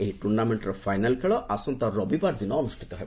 ଏହି ଟୁର୍ଣ୍ଣାମେଣ୍ଟ୍ର ଫାଇନାଲ୍ ଖେଳ ଆସନ୍ତା ରବିବାର ଦିନ ଅନୁଷ୍ଠିତ ହେବ